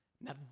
now